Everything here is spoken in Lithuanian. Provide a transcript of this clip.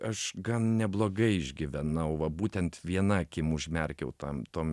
aš gan neblogai išgyvenau va būtent viena akim užmerkiau tam tom